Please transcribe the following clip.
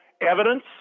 evidence